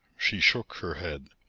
she shook her head.